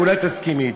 ואולי תסכימי אתי.